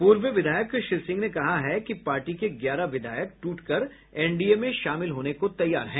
पूर्व विधायक श्री सिंह ने कहा है कि पार्टी के ग्यारह विधायक टूटकर एनडीए में शामिल होने को तैयार हैं